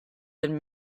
been